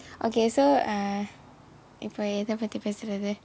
okay so err if I எதை பற்றி பேசுவது:ethai pattri pesuvathu